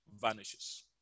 vanishes